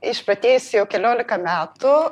išprotėjusi jau keliolika metų